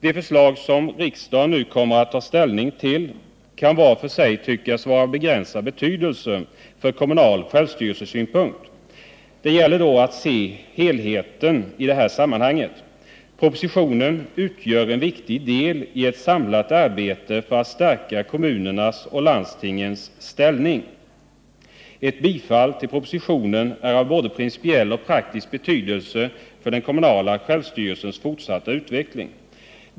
De förslag som riksdagen nu kommer att ta ställning till kan vart för sig tyckas vara av begränsad betydelse från kommunal självstyrelsesynpunkt. Det gäller dock att se till helheten i sammanhanget. Propositionen utgör en viktig del i ett samlat arbete för att stärka kommunernas och landstingens ställning. Ett bifall till propositionen är av både principiell och praktisk betydelse för den kommunala självstyrelsens fortsatta utveckling.